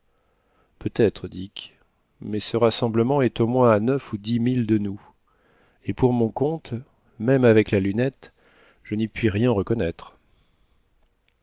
peut-être dick mais ce rassemblement est au moins à neuf ou dix milles de nous et pour mon compte même avec la lunette je n'y puis rien reconnaître